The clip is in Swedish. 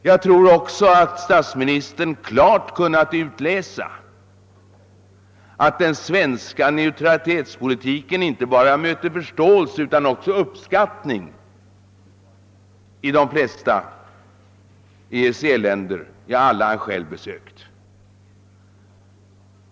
Jag tror också att statsministern har kunnat märka att den svenska neutralitetspolitiken har rönt inte bara förståelse utan också uppskattning i de flesta EEC-länder — ja, i alla länder han själv har besökt.